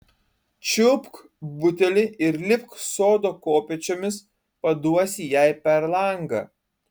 čiupk butelį ir lipk sodo kopėčiomis paduosi jai per langą